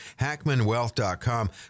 hackmanwealth.com